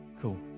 Cool